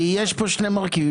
כי יש פה שני מרכיבים.